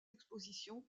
expositions